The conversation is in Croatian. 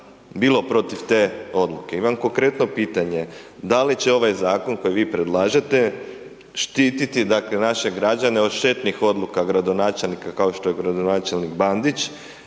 bilo protiv te odluke. Imam konkretno pitanje. Da li će ovaj zakon koji vi predlažete štiti dakle naše građane od štetnih odluka gradonačelnika kao što je gradonačelnik Bandić